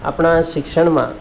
આપણા શિક્ષણમાં